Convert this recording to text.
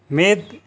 ᱢᱤᱫ